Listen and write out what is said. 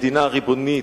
מדינה ריבונית,